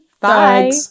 bye